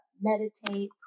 meditate